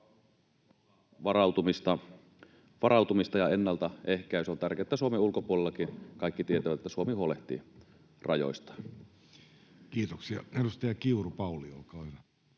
varautumista ja ennaltaehkäisyä. On tärkeätä, että Suomen ulkopuolellakin kaikki tietävät, että Suomi huolehtii rajoistaan. Kiitoksia. — Edustaja Kiuru, Pauli, olkaa hyvä.